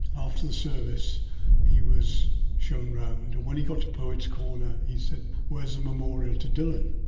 after the service he was shown around, and when he got to poets corner he said, where's the memorial to dylan?